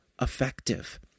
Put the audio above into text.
effective